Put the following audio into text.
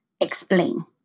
explain